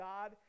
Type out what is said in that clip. God